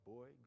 Boy